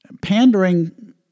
pandering